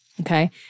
Okay